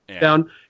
down